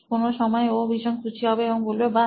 কোনো সময় ও ভীষণ খুশি হবে এবং বলবে বাহ